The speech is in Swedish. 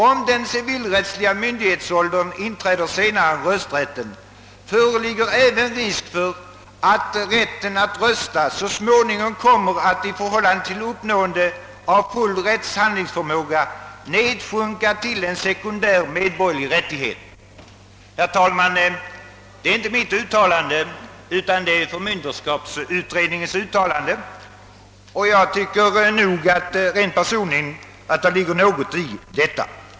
Om den civilrättsliga myndighetsåldern inträder senare än rösträtten, föreligger även risk för att rätten att rösta så småningom kommer att i förhållande till uppnåendet av full rättshandlingsförmåga nedsjunka till en sekundär medborgerlig rättighet». Det är inte mitt uttalande, utan det är förmynderskapsutredningens, och jag tycker nog personligen att det ligger något i detta.